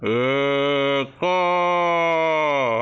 ଏକ